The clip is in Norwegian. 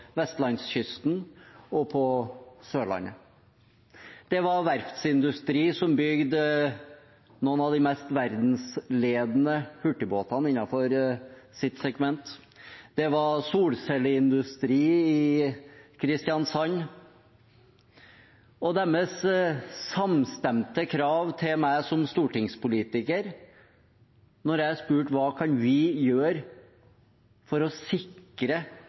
Vestlandskysten og på Sørlandet. Det var verftsindustri som bygde noen av de mest verdensledende hurtigbåtene innenfor sitt segment. Det var solcelleindustri i Kristiansand. Deres samstemte krav til meg som stortingspolitiker, da jeg spurte hva vi kunne gjøre for å sikre